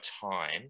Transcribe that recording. time